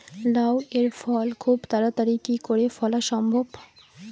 লাউ এর ফল খুব তাড়াতাড়ি কি করে ফলা সম্ভব?